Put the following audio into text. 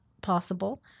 possible